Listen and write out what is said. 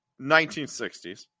1960s